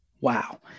wow